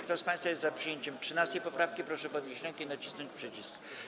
Kto z państwa jest za przyjęciem 13. poprawki, proszę podnieść rękę i nacisnąć przycisk.